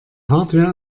hardware